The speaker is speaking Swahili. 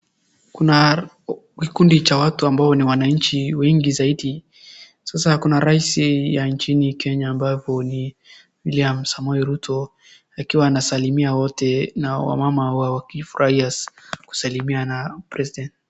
Kuna kikundi cha watu ambao ni wananchi wengi zaidi, sasa kuna rais ya nchini Kenya ambapo ni William Samoei Ruto, akiwa anasalimia wote, nao wamama wakifurahia kusalimiana na president .